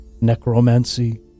necromancy